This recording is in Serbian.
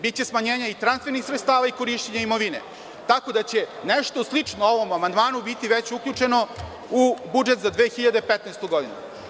Biće smanjenja i transfernih sredstava i korišćenje imovine, tako da će nešto slično ovom amandmanu biti već uključeno u budžet za 2015. godinu.